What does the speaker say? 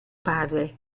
padre